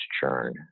churn